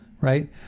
Right